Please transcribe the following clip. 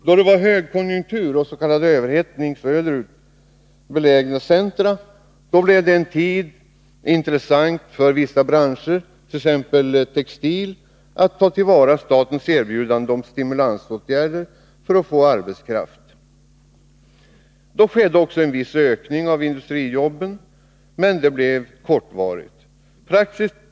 Då det var högkonjunktur och s.k. överhettning i söderut belägna centra blev det en tid intressant för vissa branscher, t.ex. textilbranschen, att ta till vara statens erbjudande om stimulansåtgärder för att få arbetskraft. Då skedde också en viss ökning av industrijobben, men den blev kortvarig.